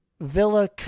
Villa